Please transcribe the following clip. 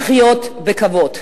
לחיות בכבוד.